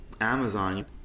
Amazon